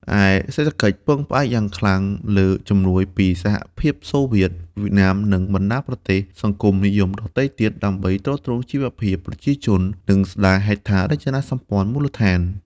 ឯសេដ្ឋកិច្ចពឹងផ្អែកយ៉ាងខ្លាំងលើជំនួយពីសហភាពសូវៀត វៀតណាម និងបណ្ដាប្រទេសសង្គមនិយមដទៃទៀត ដើម្បីទ្រទ្រង់ជីវភាពប្រជាជន និងស្ដារហេដ្ឋារចនាសម្ព័ន្ធមូលដ្ឋាន ។